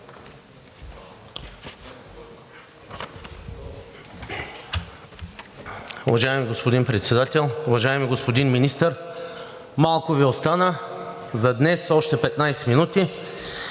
Уважаеми господин Председател! Уважаеми господин Министър, малко Ви остана за днес – още 15 минути.